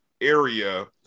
area